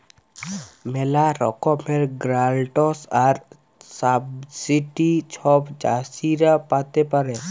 ম্যালা রকমের গ্র্যালটস আর সাবসিডি ছব চাষীরা পাতে পারে